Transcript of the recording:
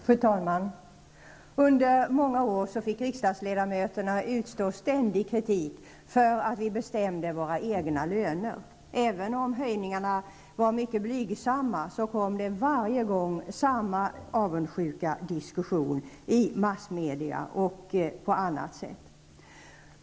Fru talman! Under många år fick vi riksdagsledamöter utstå ständig kritik för att vi bestämde våra egna löner. Även om höjningarna var mycket blygsamma blev det varje gång samma avundsjuka diskussion i massmedia och på annat sätt.